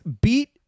beat